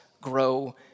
grow